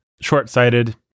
short-sighted